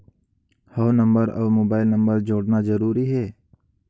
हव नंबर अउ mobile number जोड़ना जरूरी हे?